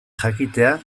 jakitea